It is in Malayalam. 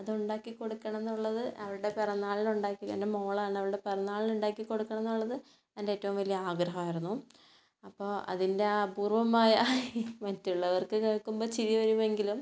അത് ഉണ്ടാക്കി കൊടുക്കണം എന്നുള്ളത് അവരുടെ പിറന്നാളിന് ഉണ്ടാക്കി എൻ്റെ മോളാണ് അവളുടെ പിറന്നാളിന് ഉണ്ടാക്കി കൊടുക്കണം എന്നുള്ളത് എൻ്റെ ഏറ്റവും വലിയ ആഗ്രഹം ആയിരുന്നു അപ്പോൾ അതിൻ്റെ ആ അപൂർവ്വമായ മറ്റുള്ളവർക്ക് കേൾക്കുമ്പോൾ ചിരിവരുമെങ്കിലും